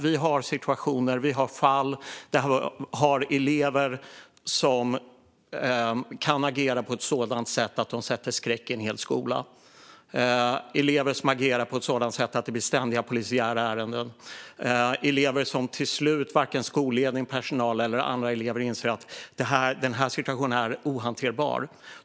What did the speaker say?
Vi har fall med elever som agerar på ett sådant sätt att de sätter skräck i en hel skola. Det finns elever som agerar på ett sådant sätt att det blir ständiga polisiära ärenden och elever som till slut gör att skolledning, personal och andra elever anser att situationen är ohanterbar.